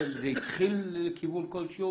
זה התחיל לכיוון כלשהו?